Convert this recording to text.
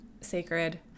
sacred